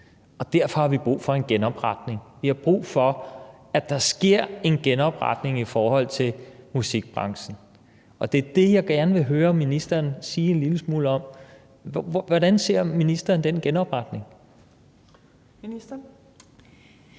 Derfor har vi brug for en genopretning. Vi har brug for, at der sker en genopretning af musikbranchen. Det er det, jeg gerne vil høre ministeren sige en lille smule om. Hvordan ser ministeren den genopretning? Kl.